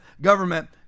government